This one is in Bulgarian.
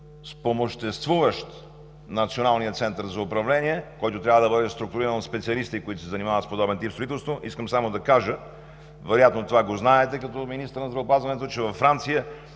спомоществуващ на Националния център за управление, който трябва да бъде структуриран от специалисти, които се занимават с подобен тип строителство. Искам само да кажа – вероятно това го знаете като министър на здравеопазването, че във Франция